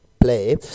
play